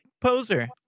Poser